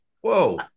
whoa